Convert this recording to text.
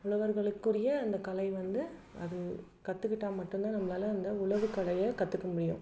உழவர்களுக்குரிய அந்த கலை வந்து அது கற்றுக்கிட்டா மட்டுந்தான் நம்மளால் அந்த உழவுக்கலைய கற்றுக்க முடியும்